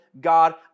God